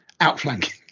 outflanking